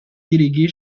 déléguée